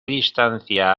distancia